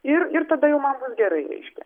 ir ir tada jau man bus gerai reiškia